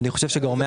אני חושב שגורמי